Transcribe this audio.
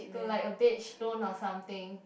to like a beige tone or something